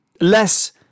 Less